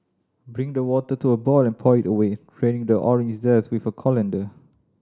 bring the water to a boil and pour it away draining the orange zest with a colander